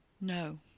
No